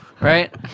right